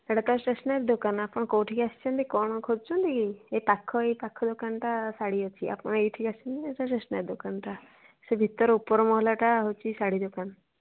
ସେଇଟା ତ ଷ୍ଟେସ୍ନାରୀ ଦୋକାନ ଆପଣ କେଉଁଠିକି ଆସିଛନ୍ତି କ'ଣ ଖୋଜୁଛନ୍ତି କି ଏଇ ପାଖ ଏଇ ପାଖ ଦୋକାନଟା ଶାଢ଼ୀ ଅଛି ଆପଣ ଏଇଠିକି ଆସିଛନ୍ତି ଏଇଟା ଷ୍ଟେସ୍ନାରୀ ଦୋକାନଟା ସେ ଭିତର ଉପର ମହଲାଟା ହେଉଛି ଶାଢ଼ୀ ଦୋକାନ